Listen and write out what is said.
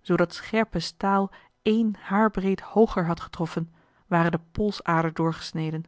zoo dat scherpe staal één haarbreed hooger had getroffen ware de polsader doorgesneden